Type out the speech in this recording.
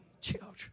children